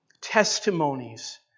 testimonies